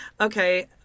Okay